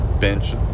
bench